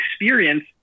experience